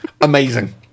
amazing